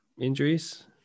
injuries